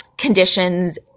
conditions